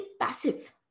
passive